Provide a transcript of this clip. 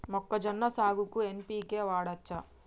మొక్కజొన్న సాగుకు ఎన్.పి.కే వాడచ్చా?